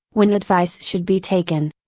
when advice should be taken.